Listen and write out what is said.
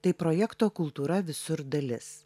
tai projekto kultūra visur dalis